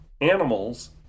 Animals